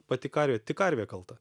pati karvė tik karvė kalta